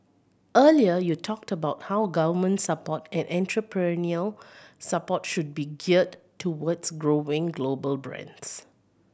earlier you talked about how government support and entrepreneurial support should be geared towards growing global brands